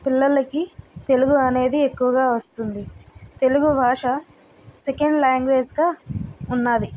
పిల్లలకి తెలుగు అనేది ఎక్కువగా వస్తుంది తెలుగు భాష సెకండ్ లాంగ్వేజ్ గా ఉన్నది